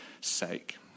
sake